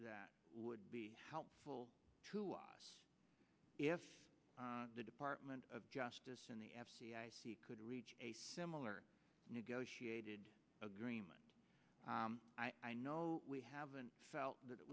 that would be helpful to us if the department of justice and the f c c could reach a similar negotiated agreement i know we haven't felt that it